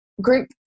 group